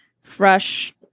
fresh